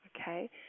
okay